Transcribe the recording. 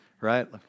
Right